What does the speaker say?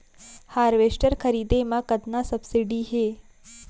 Harvester खरीदे म कतना सब्सिडी हे?